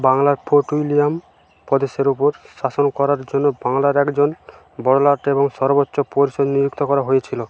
বাংলার Fort William প্রদেশের উপর শাসন করার জন্য বাংলার একজন বড়লাট এবং সর্বোচ্চ পরিষদ নিযুক্ত করা হয়েছিল